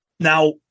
Now